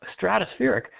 stratospheric